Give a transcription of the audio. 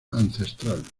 ancestral